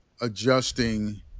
adjusting